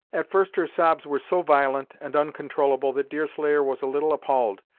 at first her sobs were so violent and uncontrollable that deerslayer was a little appalled,